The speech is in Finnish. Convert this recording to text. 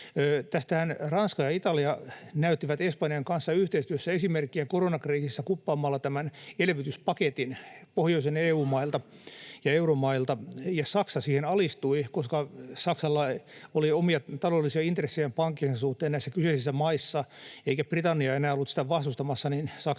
Tästähän Ranska ja Italia näyttivät Espanjan kanssa yhteistyössä esimerkkiä koronakriisissä kuppaamalla tämän elvytyspaketin pohjoisen EU:n mailta ja euromailta, ja Saksa siihen alistui. Koska Saksalla oli omia taloudellisia intressejään pankkien suhteen näissä kyseisissä maissa eikä Britannia enää ollut sitä vastustamassa, niin Saksan